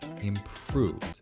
improved